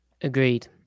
Agreed